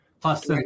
Plus